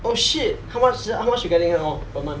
oh shit how muc~ how much you getting now per month